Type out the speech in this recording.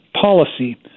policy